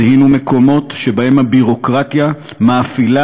זיהינו מקומות שבהם הביורוקרטיה מאפילה